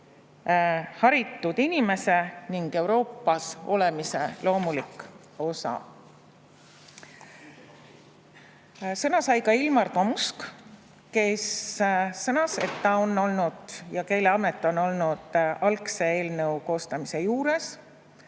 haritud inimese ning Euroopas olemise loomulik osa. Sõna sai ka Ilmar Tomusk, kes sõnas, et ta on olnud, Keeleamet on olnud algse eelnõu koostamise juures.